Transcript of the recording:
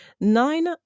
nine